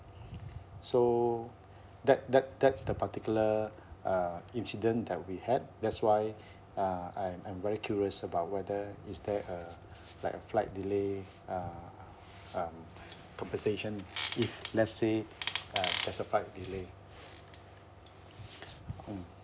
so that that that's the particular uh incident that we had that's why uh I'm I'm very curious about whether is there a like a flight delay uh um compensation if let's say uh there's a fight delay mm